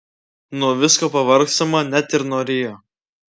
nuo visko pavargstama net ir nuo rio